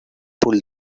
pulled